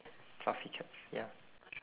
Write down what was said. fluffy cats ya